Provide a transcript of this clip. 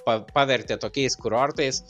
pa pavertė tokiais kurortais